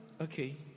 Okay